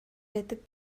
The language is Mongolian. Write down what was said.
байдаг